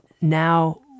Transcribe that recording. now